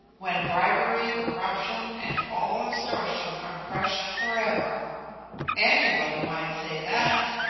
when bribery, corruption, and all extortion are crushed forever anybody might say that!